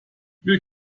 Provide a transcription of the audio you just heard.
wir